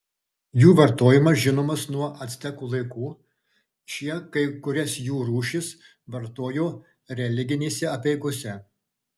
jų vartojimas žinomas nuo actekų laikų šie kai kurias jų rūšis vartojo religinėse apeigose